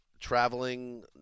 traveling